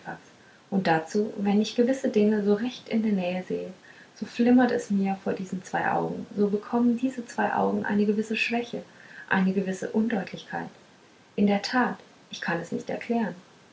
und dazu wenn ich gewisse dinge so recht in der nähe sehe so flimmert es mir vor diesen zwei augen so bekommen diese zwei augen eine gewisse schwäche eine gewisse undeutlichkeit in der tat ich kann es nicht erklären